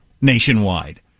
nationwide